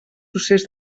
procés